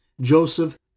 Joseph